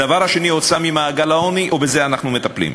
הדבר השני: הוצאה ממעגל העוני, ובזה אנחנו מטפלים.